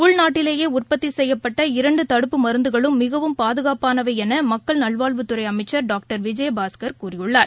உள்நாட்டிலேயே உற்பத்திசெய்யப்பட்ட இரண்டுதடுப்பு மருந்துகளும் மிகவும் பாதுகாப்பாளவைஎனமக்கள் நல்வாழ்வுத்துறைஅமைச்சர் டாக்டர் விஜயபாஸ்கர் கூறியுள்ளார்